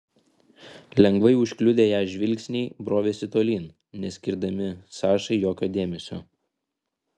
lengvai užkliudę ją žvilgsniai brovėsi tolyn neskirdami sašai jokio dėmesio